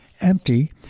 empty